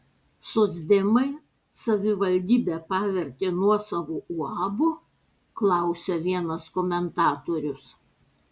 socdemai savivaldybę pavertė nuosavu uabu klausia vienas komentatorius